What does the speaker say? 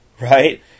right